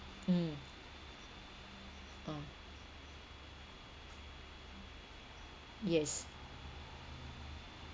mm ah yes